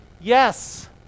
Yes